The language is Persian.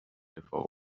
اتفاق